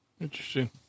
Interesting